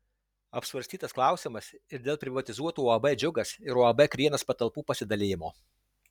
apsvarstytas klausimas ir dėl privatizuotų uab džiugas ir uab krienas patalpų pasidalijimo